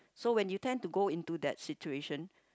so when you tend to go into that situation